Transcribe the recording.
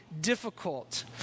difficult